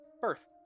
birth